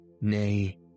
Nay